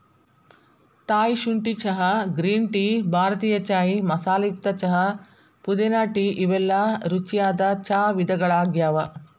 Thai ಶುಂಠಿ ಚಹಾ, green tea, ಭಾರತೇಯ ಚಾಯ್ ಮಸಾಲೆಯುಕ್ತ ಚಹಾ, ಪುದೇನಾ ಟೇ ಇವೆಲ್ಲ ರುಚಿಯಾದ ಚಾ ವಿಧಗಳಗ್ಯಾವ